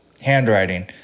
handwriting